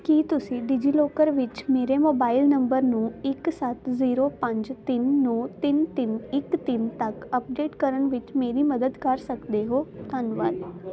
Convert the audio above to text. ਕੀ ਤੁਸੀਂ ਡਿਜੀਲਾਕਰ ਵਿੱਚ ਮੇਰੇ ਮੋਬਾਈਲ ਨੰਬਰ ਨੂੰ ਇੱਕ ਸੱਤ ਜੀਰੋ ਪੰਜ ਤਿੰਨ ਨੌਂ ਤਿੰਨ ਤਿੰਨ ਇੱਕ ਤਿੰਨ ਤੱਕ ਅੱਪਡੇਟ ਕਰਨ ਵਿੱਚ ਮੇਰੀ ਮਦਦ ਕਰ ਸਕਦੇ ਹੋ ਧੰਨਵਾਦ